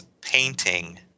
painting